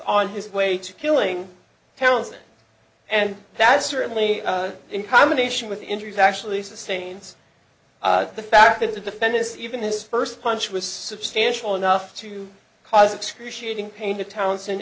on his way to killing parents and that certainly in combination with injuries actually sustains the fact that the defendant's even his first punch was substantial enough to cause excruciating pain to towns